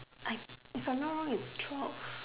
I if I'm not wrong is twelve